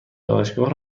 دانشگاه